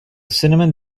cinnamon